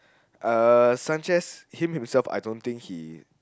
uh Sanchez he himself I don't think he